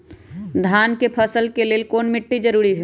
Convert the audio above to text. धान के फसल के लेल कौन मिट्टी जरूरी है?